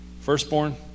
firstborn